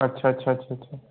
अच्छा अच्छा अच्छा अच्छा